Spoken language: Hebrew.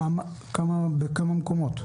בכמה מקומות?